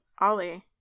Ollie